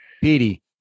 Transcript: Petey